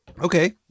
Okay